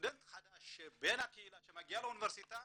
שסטודנט חדש בן הקהילה שמגיע לאוניברסיטה